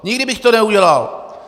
Nikdy bych to neudělal!